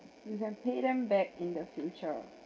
you can pay them back in the future